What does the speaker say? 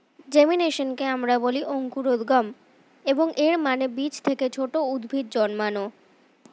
জেমিনেশনকে আমরা বলি অঙ্কুরোদ্গম, এবং এর মানে বীজ থেকে ছোট উদ্ভিদ জন্মানো